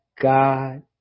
God